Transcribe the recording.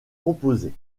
composées